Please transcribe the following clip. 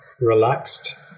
relaxed